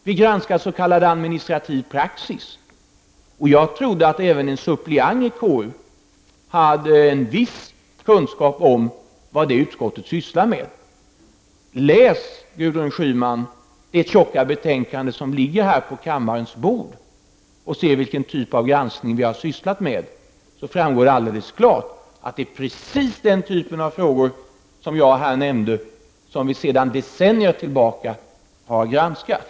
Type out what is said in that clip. KU granskar s.k. administrativ praxis. Jag trodde att även en suppleant i KU hade en viss kunskap om vad det utskottet sysslar med. Gudrun Schyman! Läs det tjocka betänkande som ligger på kammarens bord och se vilken typ av granskning vi har sysslat med. Det framgår alldeles klart att det är precis den typ av frågor som jag har nämnt och som vi sedan decennier tillbaka har granskat.